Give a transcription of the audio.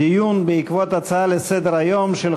דיון בעקבות הצעות לסדר-היום מס' 1550,